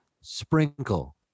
sprinkle